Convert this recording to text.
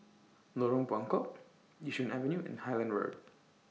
Lorong Buangkok Yishun Avenue and Highland Road